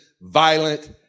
violent